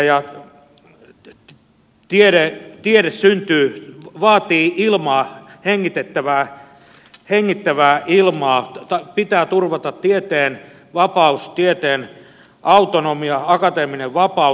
kun tiede syntyy se vaatii ilmaa hengittävää ilmaa pitää turvata tieteen vapaus tieteen autonomia akateeminen vapaus